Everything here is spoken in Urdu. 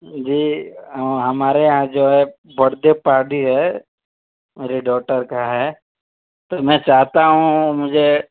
جی ہمارے یہاں جو ہے برتھڈے پارٹی ہے میری ڈاوٹر کا ہے تو میں چاہتا ہوں مجھے